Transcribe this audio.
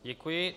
Děkuji.